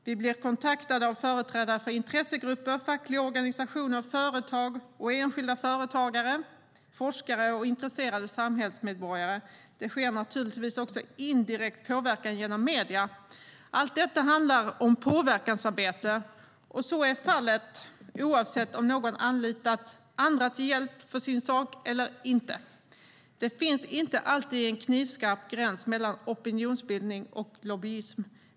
Vi blir kontaktade av företrädare för intressegrupper, fackliga organisationer, företag och enskilda företagare, forskare och intresserade samhällsmedborgare. Det sker naturligtvis också indirekt påverkan genom medierna. Allt detta handlar om påverkansarbete, och så är fallet oavsett om någon anlitat andra till hjälp för sin sak eller inte. Det finns inte alltid en knivskarp gräns mellan opinionsbildning och lobbyism.